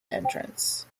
entrance